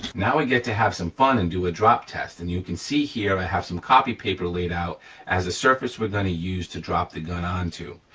now i get to have some fun and do a drop test, and you can see here i have some copy paper laid out as the surface we're gonna use to drop the gun onto.